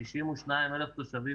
62,000 תושבים,